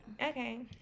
Okay